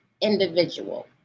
individual